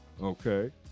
Okay